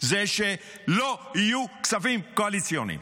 הוא שלא יהיו כספים קואליציוניים.